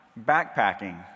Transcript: backpacking